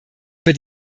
über